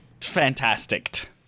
fantastic